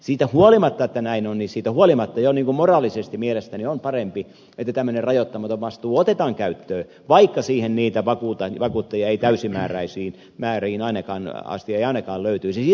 siitä huolimatta että näin on niin siitä huolimatta jo moraalisesti mielestäni on parempi että tämmöinen rajoittamaton vastuu otetaan käyttöön vaikka siihen niitä vakuuttajia ei täysimääräisiin määriin asti ainakaan löytyisi